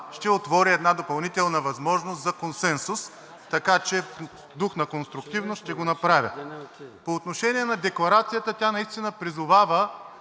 ще отвори една допълнителна възможност за консенсус, така че в дух на конструктивност ще го направя. По отношение на декларацията – тя наистина призовава